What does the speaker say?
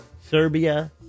Serbia